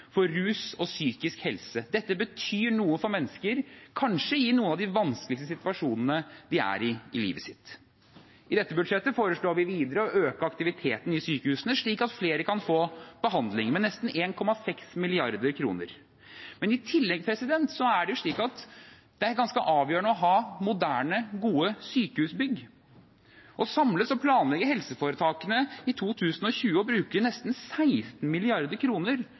for rus og psykisk helse. Dette betyr noe for mennesker kanskje i noen av de vanskeligste situasjonene de er i i livet sitt. I dette budsjettet foreslår vi videre å øke aktiviteten i sykehusene – slik at flere kan få behandling – med nesten 1,6 mrd. kr. I tillegg er det jo ganske avgjørende å ha moderne, gode sykehusbygg. Samlet planlegger helseforetakene i 2020 å bruke nesten 16